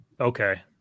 Okay